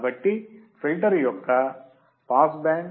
కాబట్టి ఫిల్టర్ యొక్క pass band